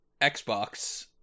Xbox